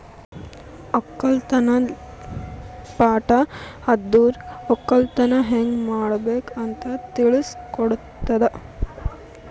ಒಕ್ಕಲತನದ್ ಪಾಠ ಅಂದುರ್ ಒಕ್ಕಲತನ ಹ್ಯಂಗ್ ಮಾಡ್ಬೇಕ್ ಅಂತ್ ತಿಳುಸ್ ಕೊಡುತದ